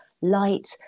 light